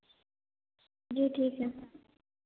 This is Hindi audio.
जी ठीक है